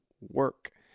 work